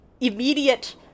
immediate